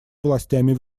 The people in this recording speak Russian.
властями